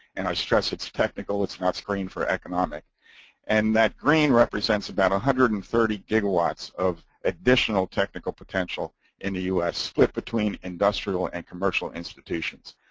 and our stretch, it's technical. it's not screened for economic and that green represents about a hundred and thirty gigawatts of additional technical potential in the us, split between industrial and commercial institutions.